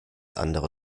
andere